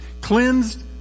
cleansed